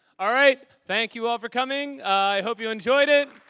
all right. thank you all for coming. i hope you enjoyed it.